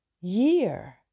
year